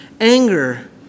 Anger